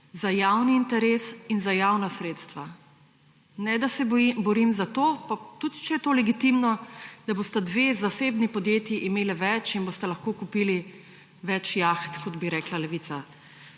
za javni interes in za javna sredstva. Ne, da se borim za to, pa tudi če je to legitimno, da bosta dve zasebni podjetji imeli več in bosta lahko kupili več jaht, kot bi rekla Levica.